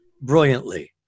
brilliantly